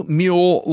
mule